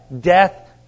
Death